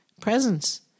Presence